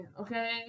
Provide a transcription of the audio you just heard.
Okay